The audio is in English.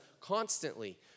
constantly